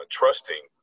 trusting